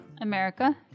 America